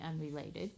unrelated